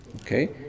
Okay